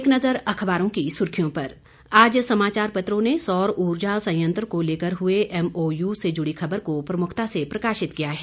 एक नज़र अखबारों की सुर्खियों पर आज समाचार पत्रों ने सौर ऊर्जा संयंत्र को लेकर हुए एमओयू से जुड़ी खबर को प्रमुखता से प्रकाशित किया है